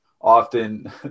often